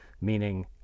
meaning